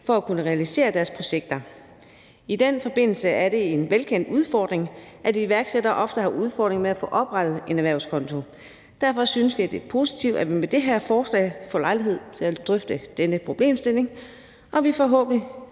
for at kunne realisere deres projekter. I den forbindelse er det en velkendt udfordring, at iværksættere ofte har udfordringer med at få oprettet en erhvervskonto. Derfor synes vi, at det er positivt, at vi med det her forslag får lejlighed til at drøfte denne problemstilling, og at vi forhåbentlig